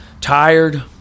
tired